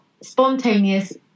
spontaneous